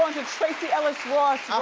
um to tracee ellis ross,